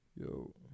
Yo